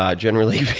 um generally.